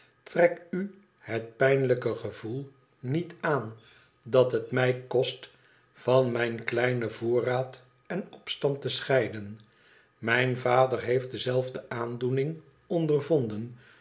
trek u het pijnlijke gevoel niet aan dat het mij kost van mijn kleinen voorraad en opstand te scheiden mijn vader heeft dezelfde aandoening ondervonden